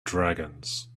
dragons